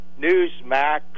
Newsmax